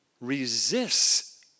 resists